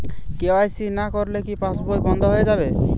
KYC না করলে কি পাশবই বন্ধ হয়ে যাবে?